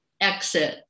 exit